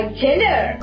dinner